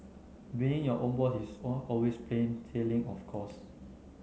being your own boss is always plain sailing of course